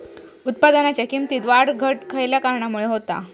उत्पादनाच्या किमतीत वाढ घट खयल्या कारणामुळे होता?